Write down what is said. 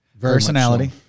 personality